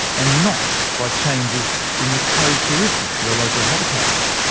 and not by changes in the characteristics of the local habitats.